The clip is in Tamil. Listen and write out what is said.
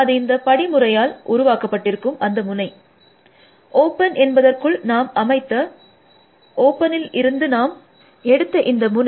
அது இந்த படிமுறையால் உருவாக்கப்பட்டிருக்கும் இந்த முனை ஓப்பன் என்பதற்குள் நாம் அமைத்த ஓப்பனில் இருந்து நாம் எடுத்த இந்த முனை